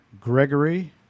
Gregory